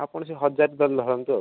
ଆପଣ ସେ ହଜାର ଧରନ୍ତୁ ଆଉ